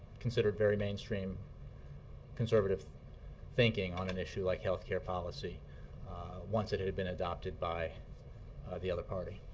considered very mainstream conservative thinking on an issue like health care policy once it had been adopted by the other party.